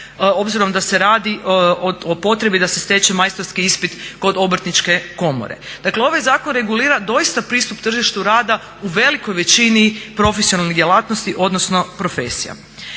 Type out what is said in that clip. obzirom da se radi o potrebi da se steče majstorski ispit kod Obrtničke komore. Dakle ovaj zakon regulira doista pristup tržištu rada u velikoj većini profesionalnih djelatnosti odnosno profesija.